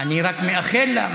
אני רק מאחל לה,